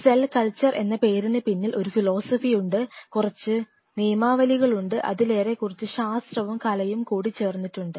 cell culture എന്ന പേരിന് പിന്നിൽ ഒരു ഫിലോസഫി ഉണ്ട് കുറച്ച് നിയമാവലികളുമുണ്ട് അതിലേറെ കുറച്ച് ശാസ്ത്രവും കലയും കൂടി ചേർന്നിട്ടുണ്ട്